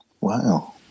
Wow